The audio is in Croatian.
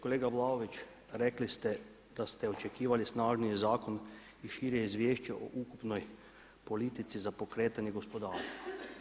Kolega Vlaović, rekli ste da ste očekivali snažniji zakon i šire izvješće o ukupnoj politici za pokretanje gospodarstva.